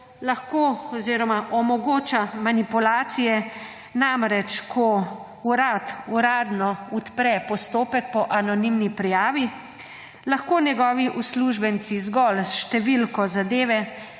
lahko oziroma omogoča manipulacije. Namreč ko Urad uradno odpre postopek po anonimni prijavi, lahko njegovi uslužbenci zgolj s številko zadeve,